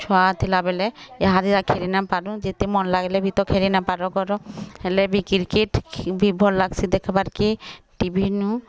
ଛୁଆ ଥିଲା ବେଳେ ଏହାର କେ ଖେଳି ନ ପାରୁ ଯେତେ ମନ ଲାଗିଲେ ବି ଖେଳି ନା ପାର କରୁ ହେଲେ ବି କ୍ରିକେଟ୍ ବି ଭଲ୍ ଲାଗ୍ସି ଦେଖ୍ବାର କେ ଟିଭିନୁ